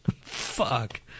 Fuck